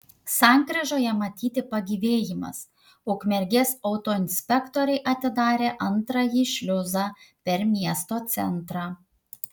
sankryžoje matyti pagyvėjimas ukmergės autoinspektoriai atidarė antrąjį šliuzą per miesto centrą